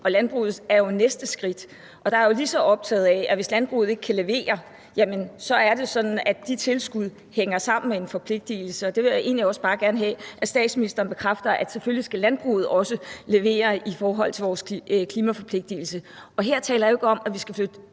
og landbruget er jo næste skridt. Der er jeg jo lige så optaget af, at hvis landbruget ikke kan levere, jamen så er det sådan, at de tilskud hænger sammen med en forpligtelse, og det vil jeg egentlig også bare gerne have at statsministeren bekræfter: at selvfølgelig skal landbruget også levere i forhold til vores klimaforpligtelse. Her taler jeg jo ikke om, at vi skal flytte